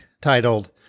titled